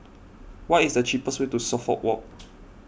what is the cheapest way to Suffolk Walk